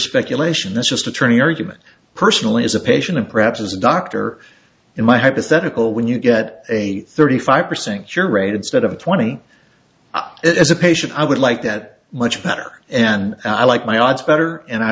speculation that's just a trainee argument personally as a patient and perhaps as a doctor in my hypothetical when you get a thirty five percent cure rate instead of twenty as a patient i would like that much better and i like my odds better and i